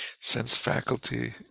sense-faculty